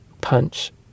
punch